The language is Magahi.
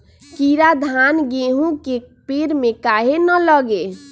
कीरा धान, गेहूं के पेड़ में काहे न लगे?